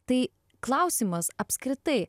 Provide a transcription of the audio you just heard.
tai klausimas apskritai